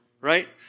Right